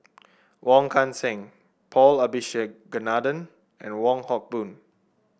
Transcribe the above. Wong Kan Seng Paul Abisheganaden and Wong Hock Boon